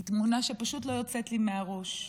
היא תמונה שפשוט לא יוצאת לי מהראש.